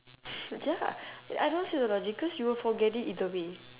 ya I don't see the logic cause you will forget it either way